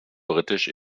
britisch